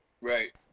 Right